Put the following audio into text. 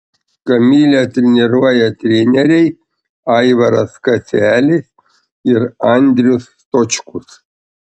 kamilę treniruoja treneriai aivaras kaselis ir andrius stočkus